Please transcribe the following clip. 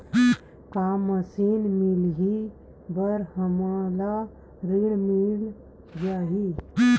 का मशीन मिलही बर हमला ऋण मिल जाही?